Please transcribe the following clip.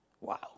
Wow